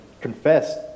confessed